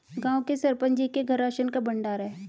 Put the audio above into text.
गांव के सरपंच जी के घर राशन का भंडार है